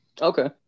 Okay